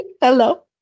Hello